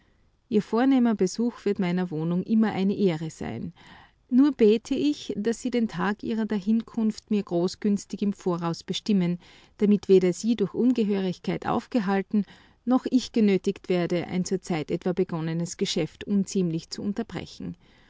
ihr vornehmer besuch wird meiner wohnung immer eine ehre sein nur bäte ich daß sie den tag ihrer dahinkunft mir großgünstig im voraus bestimmten damit weder sie durch ungehörigkeit aufgehalten noch ich genötigt werde ein zur zeit etwa begonnenes geschäft unziemlich zu unterbrechen